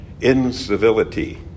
Incivility